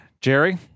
Jerry